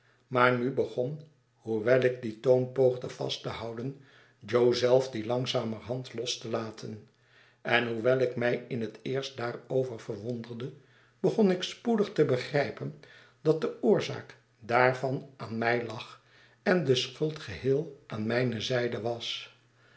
maar nu begon hoewel ik dien toon poogde vast te houden jo zelf dien langzamerhand los te laten en hoewel ik mij in het eerst daarover verwonderde begon ik spoedig te begrijpen dat de oorzaak daarvan aan mij lag en de schuld geheei aan mijne zijde was